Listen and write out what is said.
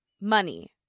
money